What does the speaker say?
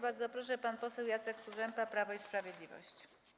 Bardzo proszę, pan poseł Jacek Kurzępa, Prawo i Sprawiedliwość.